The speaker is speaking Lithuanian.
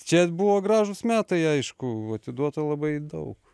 čia buvo gražūs metai aišku atiduota labai daug